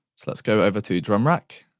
so let's go over to drum rack